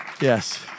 yes